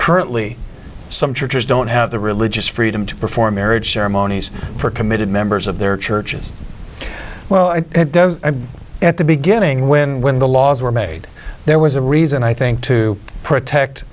currently some churches don't have the religious freedom to perform marriage ceremonies for committed members of their churches well at the beginning when when the laws were made there was a reason i think to protect